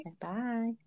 Bye